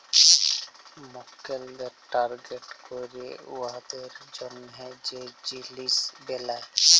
মক্কেলদের টার্গেট ক্যইরে উয়াদের জ্যনহে যে জিলিস বেলায়